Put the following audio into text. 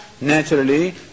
Naturally